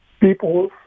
people